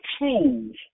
change